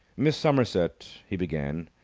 miss somerset he began,